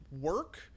work